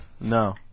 No